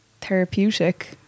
therapeutic